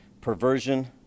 perversion